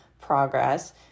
progress